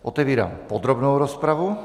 Otevírám podrobnou rozpravu.